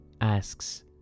asks